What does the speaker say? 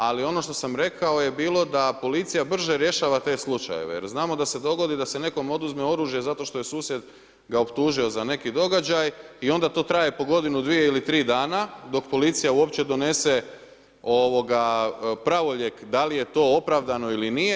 Ali ono što sam rekao je bilo da policija brže rješava te slučajeve, jer znamo da se dogodi da se nekom oduzme oružje zato što je susjed ga optužio za neki događaj i onda to traje po godinu, dvije ili tri dana dok policija uopće donese pravorijek da li je to opravdano ili nije.